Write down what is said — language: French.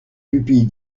pupilles